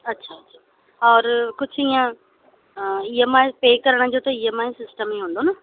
अच्छा अल कुझु हीअं ई एम आई पे करण जो त ई एम आई सिस्टम ई हूंदो न